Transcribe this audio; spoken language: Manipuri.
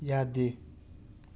ꯌꯥꯗꯦ